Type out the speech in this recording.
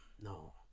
no